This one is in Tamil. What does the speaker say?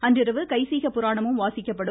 அன்றிரவு கைசிக புராணம் வாசிக்கப்படும்